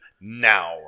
now